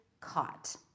caught